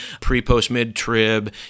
pre-post-mid-trib